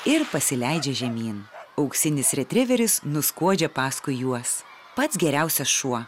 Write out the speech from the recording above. ir pasileidžia žemyn auksinis retriveris nuskuodžia paskui juos pats geriausias šuo